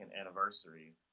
anniversary